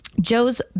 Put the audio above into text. Joe's